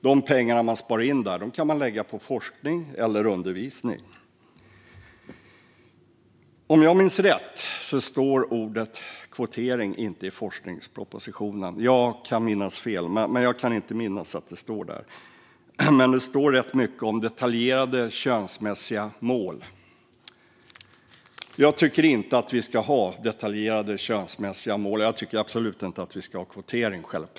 De pengar som sparas in kan läggas på forskning eller undervisning. Om jag minns rätt står ordet kvotering inte i forskningspropositionen. Jag kan minnas fel, men jag kan inte minnas att det står där. Det står rätt mycket om detaljerade könsmässiga mål. Jag tycker inte att vi ska ha detaljerade könsmässiga mål, och jag tycker absolut inte att vi ska ha kvotering.